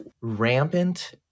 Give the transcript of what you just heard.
rampant